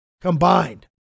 Combined